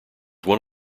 one